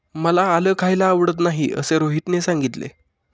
मला आलं खायला आवडत नाही असे रोहितने सांगितले